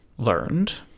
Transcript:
learned